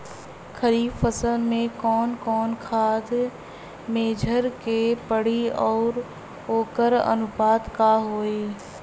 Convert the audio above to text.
खरीफ फसल में कवन कवन खाद्य मेझर के पड़ी अउर वोकर अनुपात का होई?